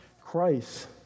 Christ